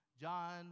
John